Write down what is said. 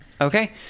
Okay